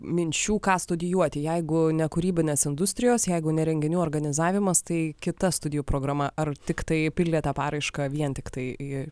minčių ką studijuoti jeigu ne kūrybinės industrijos jeigu ne renginių organizavimas tai kita studijų programa ar tiktai pildėt tą paraišką vien tiktai į